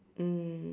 mm